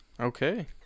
Okay